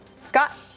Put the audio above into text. Scott